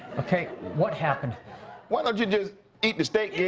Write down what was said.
okay what happened why don't you just eat the steak,